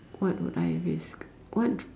what would I risk what